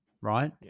right